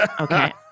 Okay